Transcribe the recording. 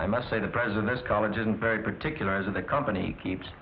i must say the president's college isn't very particular the company keeps